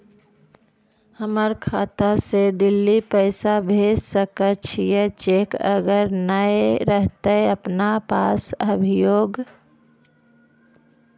हमर खाता से दिल्ली पैसा भेज सकै छियै चेक अगर नय रहतै अपना पास अभियोग?